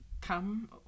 come